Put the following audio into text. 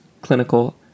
clinical